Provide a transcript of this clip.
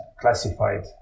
classified